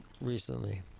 recently